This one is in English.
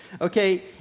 okay